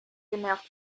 genervt